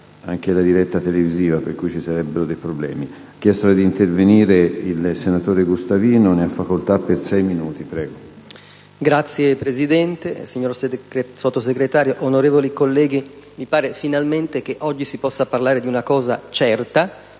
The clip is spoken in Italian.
Signor Presidente, signor Sottosegretario, onorevoli colleghi, finalmente oggi si può parlare di una cosa certa,